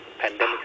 pandemic